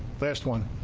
last one